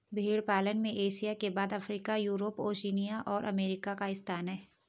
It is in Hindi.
भेंड़ पालन में एशिया के बाद अफ्रीका, यूरोप, ओशिनिया और अमेरिका का स्थान है